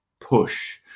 push